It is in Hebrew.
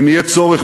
אם יהיה צורך,